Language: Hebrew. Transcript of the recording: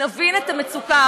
נבין את המצוקה,